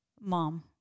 Mom